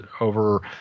over